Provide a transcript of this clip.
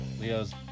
Leo's